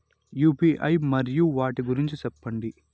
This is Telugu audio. యు.పి.ఐ మరియు వాటి గురించి సెప్పండి?